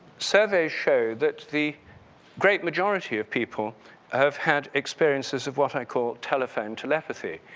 survey show that the great majority of people have had experiences of what i call telephone telepathy,